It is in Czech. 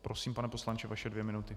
Prosím, pane poslanče, vaše dvě minuty.